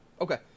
Okay